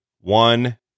One